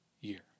year